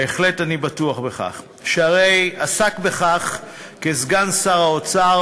בהחלט אני בטוח בכך, שהרי עסק בכך כסגן שר האוצר.